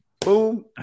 Boom